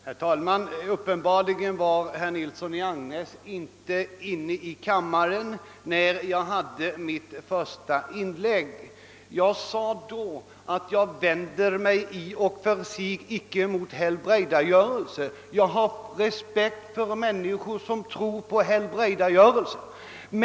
Herr talman! Herr Nilsson i Agnäs var uppenbarligen inte inne i kammaren när jag gjorde mitt första inlägg. Jag sade då att jag inte vänder mig mot helbrägdagörelsen i och för sig; jag har respekt för människor som tror på den.